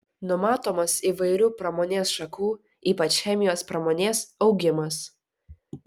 numatomas įvairių pramonės šakų ypač chemijos pramonės augimas